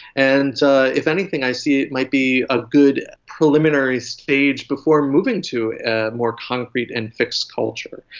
and if anything i see it might be a good preliminary stage before moving to a more concrete and fixed culture.